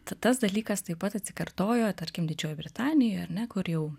ta tas dalykas taip pat atsikartojo tarkim didžiojoj britanijoj ar ne kur jau